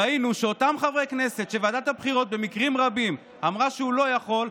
ראינו שאותם חברי הכנסת שוועדת הבחירות במקרים רבים אמרה שהוא לא יכול,